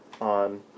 on